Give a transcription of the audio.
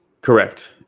correct